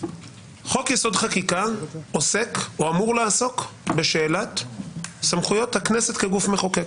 חוק-יסוד: חקיקה עוסק או אמור לעסוק בשאלת סמכויות הכנסת כגוף מחוקק,